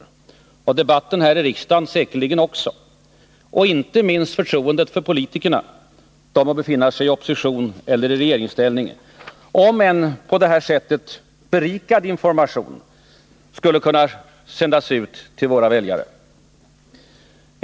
Det skulle debatten här i riksdagen säkerligen också ha, och inte minst förtroendet för politikerna — de må befinna sig i opposition eller i regeringsställning — om en på detta sätt berikad information skulle kunna sändas ut till våra väljare.